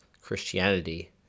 Christianity